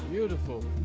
Beautiful